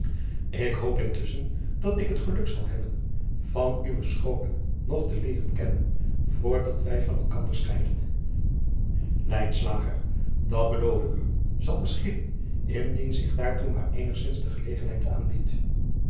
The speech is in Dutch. k hoop intusschen dat ik het geluk zal hebben van uwe schoone nog te leer en kennen voor dat wij van elkander scheiden at beloof ik u zal geschieden indien zich daartoe maar eénigzins de gelegenheid aanbiedt